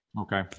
Okay